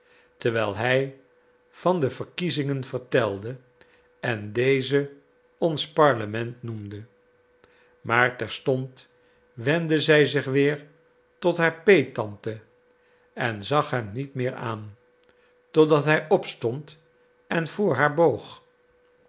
terwijl hij van de verkiezingen vertelde en deze ons parlement noemde maar terstond wendde zij zich weer tot haar peettante en zag hem niet meer aan totdat hij opstond en voor haar boog